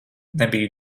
nebiju